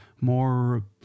more